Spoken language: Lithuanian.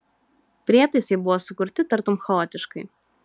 prietaisai buvo sukurti tartum chaotiškai